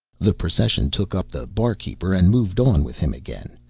the procession took up the barkeeper and moved on with him again,